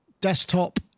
desktop